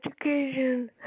education